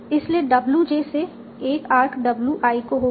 इसीलिए w j से एक आर्क w i को होगी